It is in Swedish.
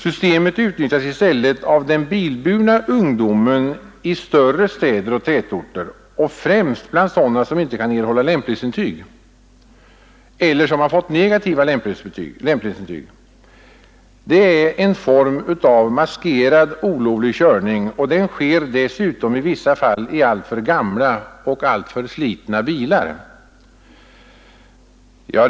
Systemet utnyttjas i stället av den bilburna ungdomen i större städer och tätorter och främst bland sådana som inte kan erhålla lämplighetsintyg eller som har fått negativa sådana. Det är en form av maskerad olovlig körning, och den sker dessutom i vissa fall i alltför gamla och slitna bilar.